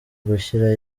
gushyira